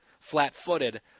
flat-footed